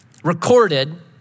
recorded